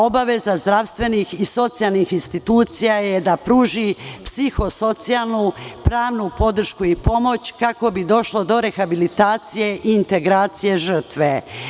Obaveza zdravstvenih i socijalnih institucija je da pruži psiho-socijalnu, pravnu podršku i pomoć, kako bi došlo do rehabilitacije i integracije žrtve.